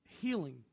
healing